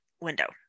window